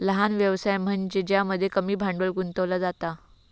लहान व्यवसाय म्हनज्ये ज्यामध्ये कमी भांडवल गुंतवला जाता